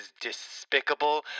despicable